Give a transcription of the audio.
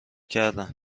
کردن